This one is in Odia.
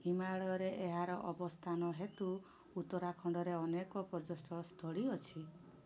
ହିମାଳୟରେ ଏହାର ଅବସ୍ଥାନ ହେତୁ ଉତ୍ତରାଖଣ୍ଡରେ ଅନେକ ପର୍ଯ୍ୟଟନ ସ୍ଥଳୀ ଅଛି